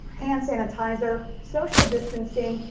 hand sanitizer, social distancing,